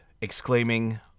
exclaiming